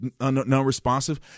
non-responsive